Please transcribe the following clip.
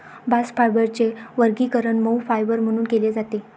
bast फायबरचे वर्गीकरण मऊ फायबर म्हणून केले जाते